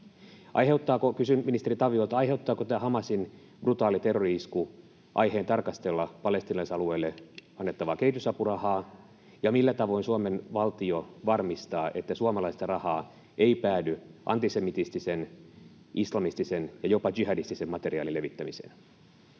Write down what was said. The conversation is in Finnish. aiheuttaako tämä Hamasin brutaali terrori-isku aiheen tarkastella palestiinalaisalueille annettavaa kehitysapurahaa, ja millä tavoin Suomen valtio varmistaa, että suomalaisten rahaa ei päädy antisemitistisen, islamistisen ja jopa jihadistisen materiaalin levittämiseen?